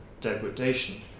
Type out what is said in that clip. degradation